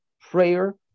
prayer